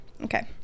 Okay